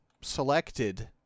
selected